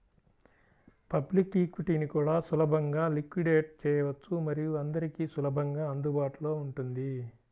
public ఈక్విటీని కూడా సులభంగా లిక్విడేట్ చేయవచ్చు మరియు అందరికీ సులభంగా అందుబాటులో ఉంటుంది